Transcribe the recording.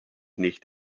nicht